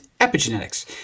epigenetics